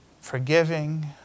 forgiving